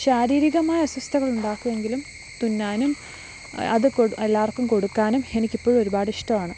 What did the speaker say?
ശാരീരികമായ അസ്വസ്ഥതകൾ ഉണ്ടാക്കുമെങ്കിലും തുന്നാനും അത് എല്ലാവർക്കും കൊടുക്കാനും എനിക്കിപ്പോഴും ഒരുപാട് ഇഷ്ടമാണ്